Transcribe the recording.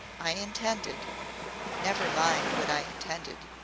i intended never mind what i intended.